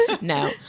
No